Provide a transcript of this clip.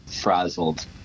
frazzled